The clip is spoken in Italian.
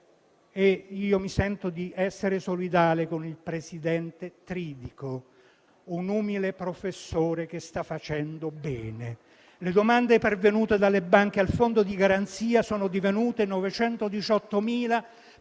(e io mi sento di essere solidale con il presidente Tridico, un umile professore che sta facendo bene). Le domande pervenute dalle banche al fondo di garanzia sono divenute 918.000